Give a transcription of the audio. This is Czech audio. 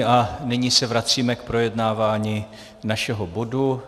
A nyní se vracíme k projednávání našeho bodu.